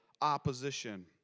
opposition